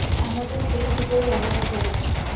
Amazon pay কি করে ব্যবহার করব?